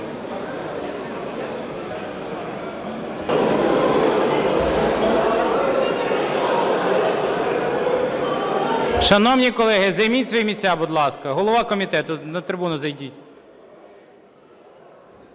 Шановні колеги, займіть свої місця, будь ласка. Голова комітету, на трибуну зайдіть.